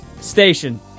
Station